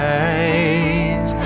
eyes